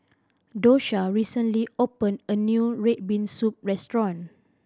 Dosha recently opened a new red bean soup restaurant